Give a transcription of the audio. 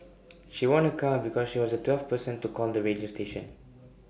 she won A car because she was the twelfth person to call the radio station